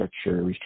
structure